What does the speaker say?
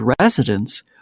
residents